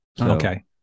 Okay